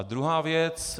Druhá věc.